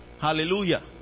Hallelujah